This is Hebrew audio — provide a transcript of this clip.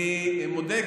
אני מודה,